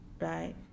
right